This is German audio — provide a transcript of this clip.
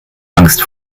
angst